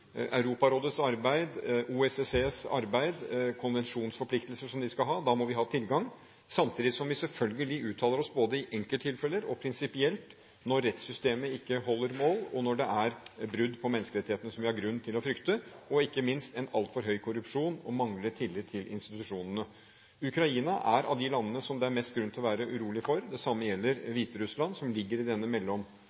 Europarådets arbeid, OSSEs arbeid, konvensjonsforpliktelser som de skal ha – da må vi ha tilgang – samtidig som vi selvfølgelig uttaler oss både i enkelttilfeller og prinsipielt når rettssystemet ikke holder mål, når det er brudd på menneskerettighetene – som vi har grunn til å frykte – og ikke minst når det er en altfor høy korrupsjon og manglende tillit til institusjonene. Ukraina er av de landene som det er mest grunn til å være urolig for. Det samme gjelder